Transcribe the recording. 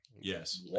yes